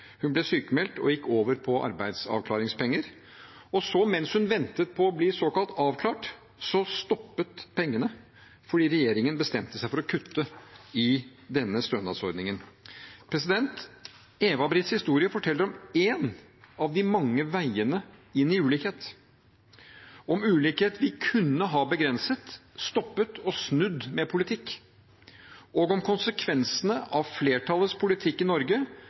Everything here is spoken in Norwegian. Hun ble sykmeldt og gikk over på arbeidsavklaringspenger. Så, mens hun ventet på å bli såkalt avklart, stoppet pengene, fordi regjeringen bestemte seg for å kutte i denne stønadsordningen. Eva Britts historie forteller om én av de mange veiene inn i ulikhet, om ulikhet vi kunne ha begrenset, stoppet og snudd med politikk, og om konsekvensene av flertallets politikk i Norge,